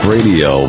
Radio